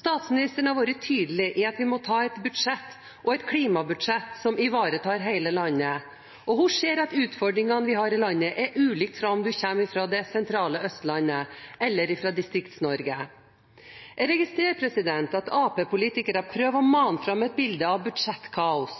Statsministeren har vært tydelig på at vi måtte ha et budsjett og et klimabudsjett som ivaretar hele landet, og hun ser at utfordringene vi har i landet, er ulike, om en kommer fra det sentrale Østlandet eller fra Distrikts-Norge. Jeg registrerer at Arbeiderparti-politikere prøver å mane frem et bilde av budsjettkaos.